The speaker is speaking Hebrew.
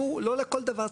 שמעו לא לכל דבר צריך.